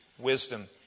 wisdom